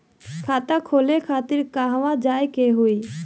खाता खोले खातिर कहवा जाए के होइ?